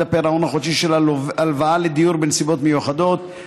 הפירעון החודשי של הלוואה לדיור בנסיבות מיוחדות),